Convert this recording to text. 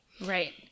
Right